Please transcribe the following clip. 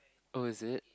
oh is it